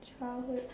childhood